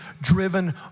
driven